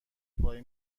پایی